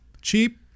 cheap